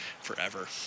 forever